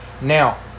now